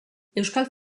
euskal